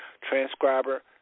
transcriber